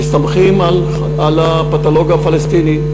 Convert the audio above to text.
מסתמך על הפתולוג הפלסטיני.